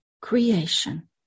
creation